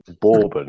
bourbon